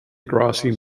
grassy